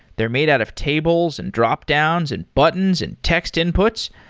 they're made out of tables, and dropdowns, and buttons, and text inputs.